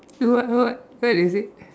what what what is it